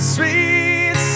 Sweet